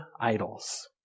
idols